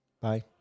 Bye